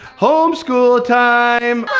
home school time.